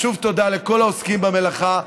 אז שוב תודה לכל העוסקים במלאכה,